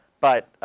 but